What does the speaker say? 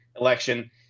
election